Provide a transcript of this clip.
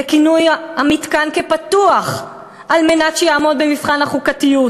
"בכינוי המתקן כפתוח על מנת שיעמוד במבחן החוקתיות,